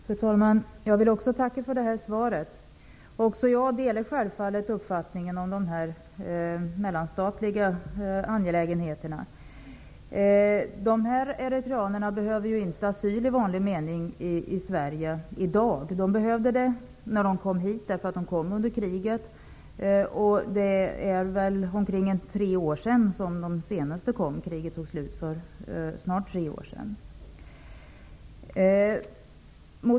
Fru talman! Jag vill också tacka för svaret. Jag delar självfallet uppfattningen om de här mellanstatliga angelägenheterna. Dessa eritreaner behöver inte asyl i vanlig mening i Sverige i dag. De behövde asyl när de kom hit, därför att de kom när det var krig. De sista kom hit för omkring tre år sedan, och kriget tog slut för snart tre år sedan.